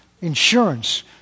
insurance